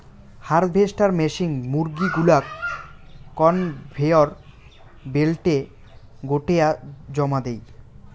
harvester machine মুরগী গুলাক conveyor বেল্টে গোটেয়া জমা দেই